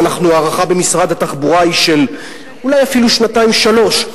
וההערכה במשרד התחבורה של אולי אפילו שנתיים שלוש,